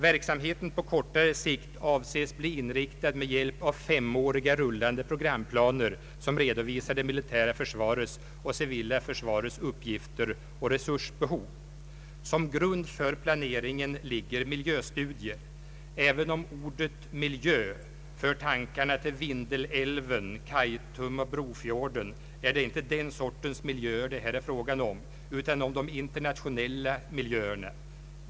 Verksamheten på kortare sikt avses bli inriktad med hjälp av femåriga rullande programplaner, som redovisar det militära försvarets och civilförsvarets uppgifter och resursbehov. Som grund för planeringen ligger miljöstudier. även om ordet miljö för tankarna till Vindelälven, Kaitum och Brofjorden är det inte den sortens miljöer det här är fråga om utan de internationella miljöerna.